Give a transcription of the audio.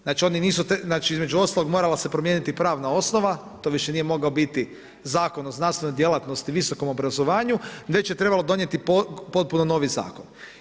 Znači između ostalog morala se promijeniti pravna osnova, to više nije mogao biti Zakon o znanstvenoj djelatnosti i visokom obrazovanju već je trebalo donijeti potpuno novi zakon.